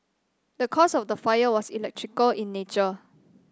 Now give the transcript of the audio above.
the cause of the fire was electrical in nature